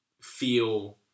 feel